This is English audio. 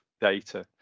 data